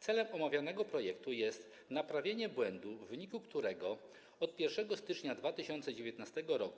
Celem omawianego projektu jest naprawienie błędu, w wyniku którego od 1 stycznia 2019 r.